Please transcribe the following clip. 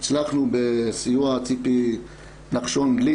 הצלחנו בסיוע ציפי נחשון גליק,